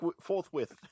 forthwith